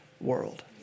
world